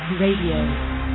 Radio